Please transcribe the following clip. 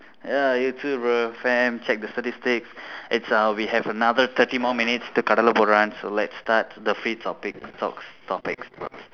ya you too bro fam check the statistics it's uh we have another thirty more minutes to கடலை:kadalai poduraan so let's start the free topic talks topic prompt